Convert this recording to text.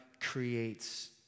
creates